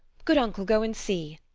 good uncle, go and see.